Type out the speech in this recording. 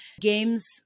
games